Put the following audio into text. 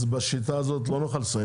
אז בשיטה הזאת לא נוכל לסיים את זה.